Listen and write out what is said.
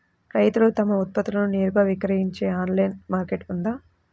రైతులు తమ ఉత్పత్తులను నేరుగా విక్రయించే ఆన్లైను మార్కెట్ ఉందా?